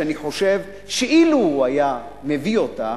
שאני חושב שאילו הוא היה מביא אותה,